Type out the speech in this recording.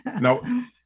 Now